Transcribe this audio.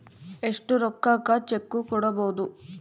ಎಷ್ಟು ರೊಕ್ಕಕ ಚೆಕ್ಕು ಕೊಡುಬೊದು